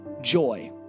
joy